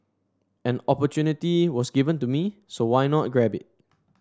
an opportunity was given to me so why not grab it